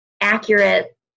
accurate